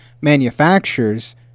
manufacturers